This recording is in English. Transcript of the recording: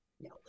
No